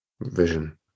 vision